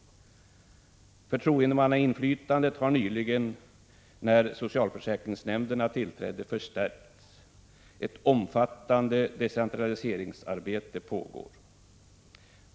Förtroendemannainflytandet har nyligen, när socialförsäkringsnämnderna tillträdde, förstärkts. Ett omfattande decentraliseringsarbete pågår.